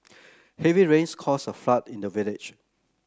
heavy rains caused a flood in the village